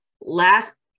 Last